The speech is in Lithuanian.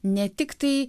ne tik tai